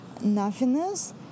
nothingness